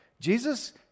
Jesus